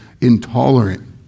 intolerant